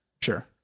Sure